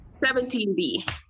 17B